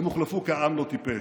הם הוחלפו כי העם לא טיפש,